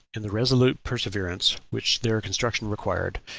in the resolute perseverance which their construction required,